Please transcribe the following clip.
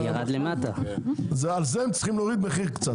על זה הם צריכים להוריד מחיר קצת.